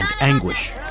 anguish